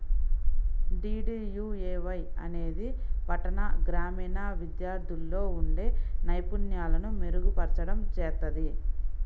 DDUAY అనేది పట్టణ, గ్రామీణ విద్యార్థుల్లో ఉండే నైపుణ్యాలను మెరుగుపర్చడం చేత్తది